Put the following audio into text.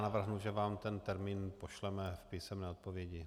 Navrhnu, že vám ten termín pošleme v písemné odpovědi.